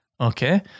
Okay